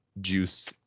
juice